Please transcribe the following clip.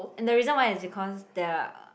and the reason why is because there are